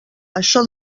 això